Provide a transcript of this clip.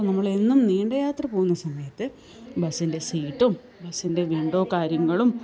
അപ്പോള് നമ്മളെന്നും നീണ്ട യാത്ര പോകുന്ന സമയത്ത് ബസ്സിൻ്റെ സീറ്റും ബസ്സിൻ്റെ വിൻഡോ കാര്യങ്ങളും